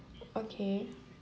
okay